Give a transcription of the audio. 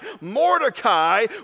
Mordecai